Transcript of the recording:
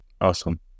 Awesome